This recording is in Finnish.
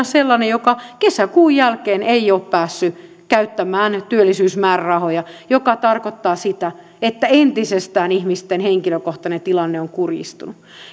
sellainen joka kesäkuun jälkeen ei ole päässyt käyttämään työllisyysmäärärahoja mikä tarkoittaa sitä että entisestään ihmisten henkilökohtainen tilanne on kurjistunut